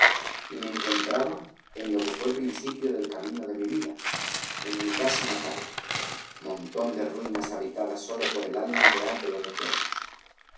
y me encontraba en lo que fué principio del camino de mi vida en mi casa natal montón de ruinas habitadas sólo por el alma ideal de los recuerdos